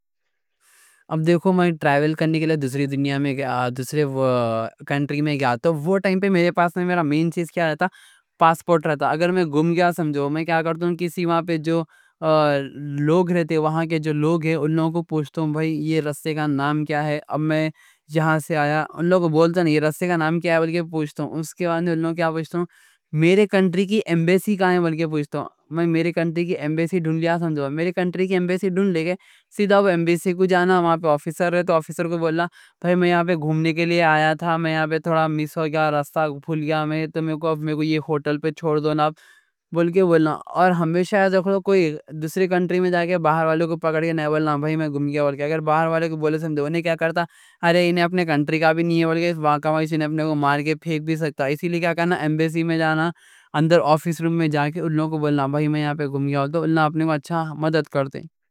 اب دیکھو میں ٹریول کرنے کے لیے دوسری دنیا میں گیا۔ دوسرے کنٹری میں گیا تو وہ ٹائم پہ میرے پاس میرا مین چیز کیا رہتا؟ پاسپورٹ رہتا۔ اگر میں گم گیا سمجھو، میں کیا کرتا ہوں؟ کسی وہاں پہ جو لوگ رہتے، وہاں کے جو لوگ ہیں، ان لوگ کو پوچھتا ہوں: بھائی، یہ رستے کا نام کیا ہے؟ اب میں جہاں سے آیا، ان لوگ کو بولتا نہیں؛ بلکہ پوچھتا ہوں، اس کے بعد ان لوگ کو کیا پوچھتا ہوں: میرے کنٹری کی ایمبیسی کہاں ہے؟ میرے کو اب یہ ہوٹل پہ چھوڑ دو، بولنا۔ اور ہمیشہ دوسری کنٹری میں جا کے باہر والوں کو پکڑ کے نہیں بولنا: بھائی، میں گم گیا۔ بلکہ اگر باہر والوں کو بولے، سمجھتے وہ نہیں؛ کیا کرتا؟ ارے، انہیں اپنے کنٹری کا بھی نہیں ہے؛ اس واقعہ سے انہیں اپنے کو مار کے پھیک بھی سکتے۔ اسی لیے کیا کہنا: ایمبیسی میں جانا، اندر آفس روم میں جا کے ان لوگوں کو بولنا: بھائی، میں یہاں پہ گم گیا۔ تو انہوں نے اپنے کو اچھا مدد کر دیں۔